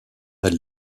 elle